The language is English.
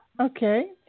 Okay